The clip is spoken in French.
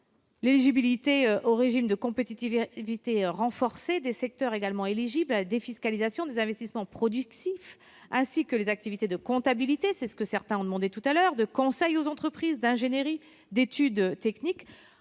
l'éligibilité au régime de compétitivité renforcé des secteurs également éligibles à la défiscalisation des investissements productifs, ainsi que les activités de comptabilité- certains d'entre vous l'ont demandé à l'instant -, de conseil aux entreprises et d'ingénierie d'études techniques.